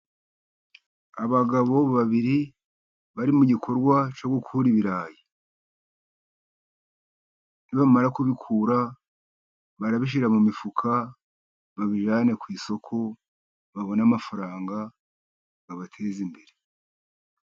Abagabo babiri bari mu gikorwa cyo gukura ibirayi, nibamara kubikura barabishyira mu mifuka babijyane ku isoko, babone amafaranga abateze imbere.